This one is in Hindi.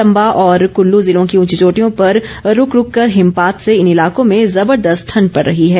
चंबा और कुल्लू जिलों की ऊंची चोटियों पर रूक रूक कर हिमपात से इन इलाकों में जबरदस्त ठंड पड़ रही है